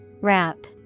Wrap